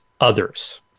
others